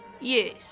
Yes